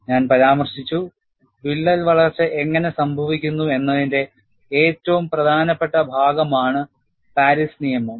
ഞാൻ പരാമർശിച്ചു വിള്ളൽ വളർച്ച എങ്ങനെ സംഭവിക്കുന്നു എന്നതിന്റെ ഏറ്റവും പ്രധാനപ്പെട്ട ഭാഗം ആണ് Paris നിയമം